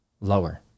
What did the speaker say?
lower